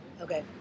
okay